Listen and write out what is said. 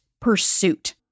pursuit